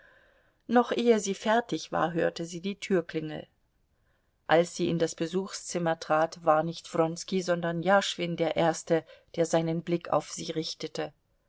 noch ehe sie fertig war hörte sie die türklingel als sie in das besuchszimmer trat war nicht wronski sondern jaschwin der erste der seinen blick auf sie richtete